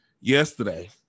Yesterday